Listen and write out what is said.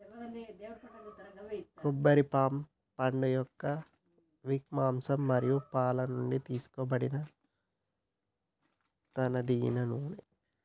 కొబ్బరి పామ్ పండుయొక్క విక్, మాంసం మరియు పాలు నుండి తీసుకోబడిన ఒక తినదగిన నూనె